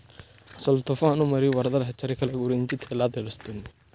అసలు తుఫాను మరియు వరదల హెచ్చరికల గురించి ఎలా తెలుస్తుంది?